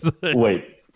Wait